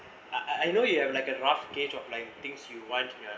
I I know you have like a rough gauge of like things you want yeah